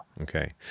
Okay